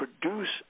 produce